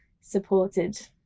supported